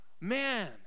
Man